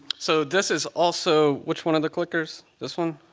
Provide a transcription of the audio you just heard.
so this is also which one of the clickers? this one?